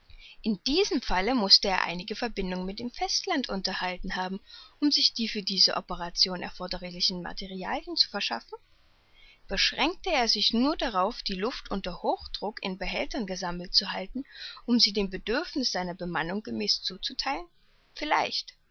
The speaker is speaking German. in diesem falle mußte er einige verbindungen mit dem festland unterhalten haben um sich die für diese operation erforderlichen materialien zu verschaffen beschränkte er sich nur darauf die luft unter hochdruck in behältern gesammelt zu halten um sie dem bedürfniß seiner bemannung gemäß zuzutheilen vielleicht